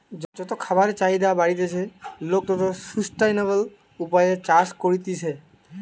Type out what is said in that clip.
যত খাবারের চাহিদা বাড়তিছে, লোক তত সুস্টাইনাবল উপায়ে চাষ করতিছে